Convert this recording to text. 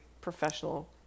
Professional